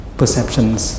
perceptions